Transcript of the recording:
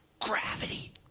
Gravity